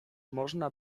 można